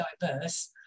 diverse